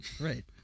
Right